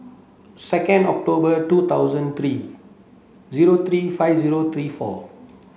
second October two thousand three zero three five zero three four